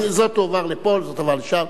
אז זאת תועבר לפה, זאת תועבר לשם.